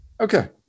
Okay